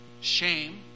Shame